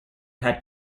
had